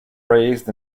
raised